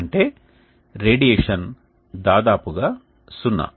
అంటే రేడియేషన్ దాదాపు సున్నా